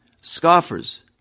scoffers